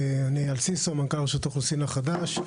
אני אייל סיסו, מנכ"ל רשות האוכלוסין החדש.